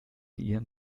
ihren